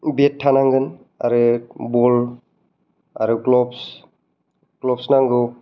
बेट थानांगोन आरो बल आरो ग्लब्स ग्लब्स नांगौ